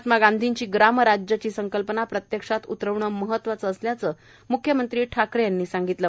महात्मा गांधींची ग्रामराज्याची संकल्पना प्रत्यक्षात उतरविणे महत्त्वाचे असल्याचे म्ख्यमंत्री ठाकरे यांनी सांगितले